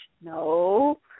No